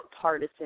partisan